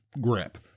grip